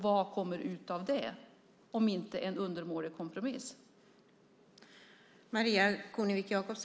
Vad kommer ut av det om inte en undermålig kompromiss?